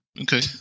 Okay